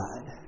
God